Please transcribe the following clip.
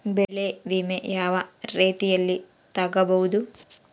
ಬೆಳೆ ವಿಮೆ ಯಾವ ರೇತಿಯಲ್ಲಿ ತಗಬಹುದು?